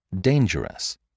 dangerous